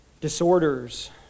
Disorders